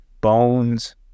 bones